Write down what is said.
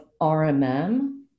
RMM